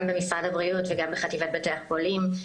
גם במשרד הבריאות וגם בחטיבת בתי החולים,